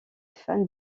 fans